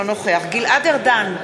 אינו נוכח גלעד ארדן,